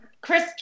Chris